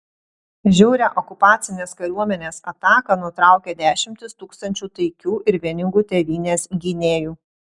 žiaurią okupacinės kariuomenės ataką nutraukė dešimtys tūkstančių taikių ir vieningų tėvynės gynėjų